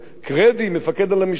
קראדי מפקד על המשטרה.